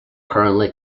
currently